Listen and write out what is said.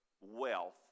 wealth